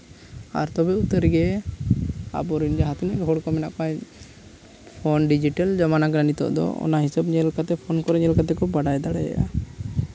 ᱟᱨ ᱛᱚᱵᱮ ᱩᱛᱟᱹᱨ ᱜᱮ ᱟᱵᱚᱨᱮᱱ ᱡᱟᱦᱟᱸ ᱛᱤᱱᱟᱹᱜ ᱜᱮ ᱦᱚᱲ ᱢᱮᱱᱟᱜ ᱠᱚᱣᱟ ᱯᱷᱳᱱ ᱰᱤᱡᱤᱴᱟᱞ ᱡᱟᱢᱟᱱᱟ ᱠᱟᱱᱟ ᱱᱤᱛᱚᱜ ᱫᱚ ᱚᱱᱟ ᱦᱤᱥᱟᱹᱵ ᱧᱮᱞ ᱠᱟᱛᱮᱫ ᱯᱷᱳᱱ ᱛᱮ ᱧᱮᱞ ᱠᱟᱛᱮᱫ ᱠᱚ ᱵᱟᱲᱟᱭ ᱫᱟᱲᱮᱭᱟᱜᱼᱟ